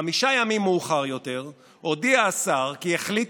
חמישה ימים מאוחר יותר הודיע השר כי החליט